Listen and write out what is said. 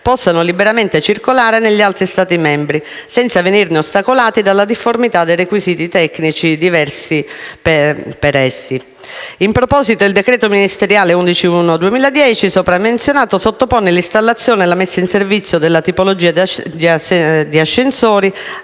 possano liberamente circolare negli altri Stati membri, senza venirne ostacolati dalla difformità dei requisiti tecnici diversi per essi. In proposito il decreto ministeriale dell'11 gennaio 2010, sopra menzionato, sottopone l'installazione e la messa in servizio della tipologia di ascensori,